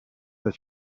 that